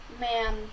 Man